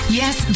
yes